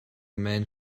man